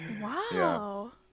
Wow